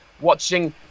watching